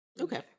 Okay